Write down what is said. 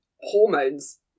hormones